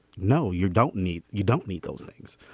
no you don't need. you don't need those things.